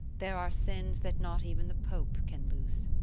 there are sins that not even the pope can loose